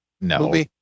no